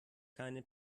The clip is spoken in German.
keine